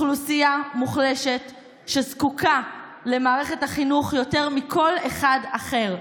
אוכלוסייה מוחלשת שזקוקה למערכת החינוך יותר מכל אחד אחר,